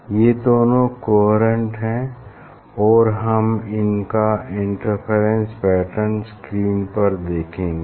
ये दोनों कोहेरेंट हैं और हम इनका इंटरफेरेंस पैटर्न स्क्रीन पर देखेंगे